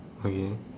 okay